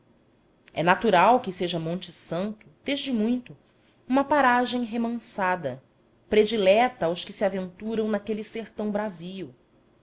é natural que seja monte santo desde muito uma paragem remansada predileta aos que se aventuram naquele sertão bravio